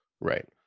Right